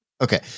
Okay